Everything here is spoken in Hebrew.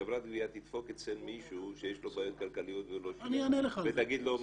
שחברת גביה תדפוק אצל מישהו שיש לו בעיות כלכליות ולא שילם ותגיד לו,